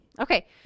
Okay